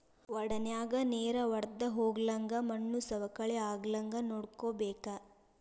ವಡನ್ಯಾಗ ನೇರ ವಡ್ದಹೊಗ್ಲಂಗ ಮಣ್ಣು ಸವಕಳಿ ಆಗ್ಲಂಗ ನೋಡ್ಕೋಬೇಕ